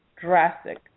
drastic